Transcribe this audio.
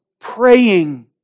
praying